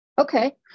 okay